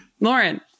Lauren